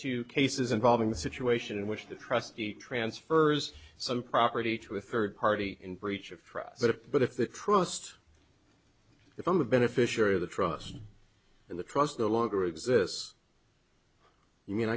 to cases involving the situation in which the trustee transfers some property to a third party in breach of trust that it but if the trust from a beneficiary of the trust in the trust no longer exists i mean